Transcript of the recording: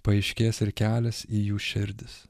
paaiškės ir kelias į jų širdis